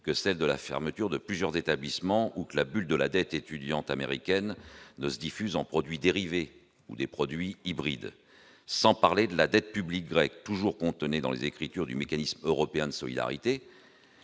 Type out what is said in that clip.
que celle de la fermeture de plusieurs établissements ou que la bulle de la dette, étudiante américaine ne se diffuse en produits dérivés ou des produits hybrides, sans parler de la dette publique grecque toujours contenu dans les écritures du mécanisme européen de solidarité